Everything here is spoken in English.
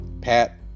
Pat